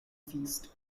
feast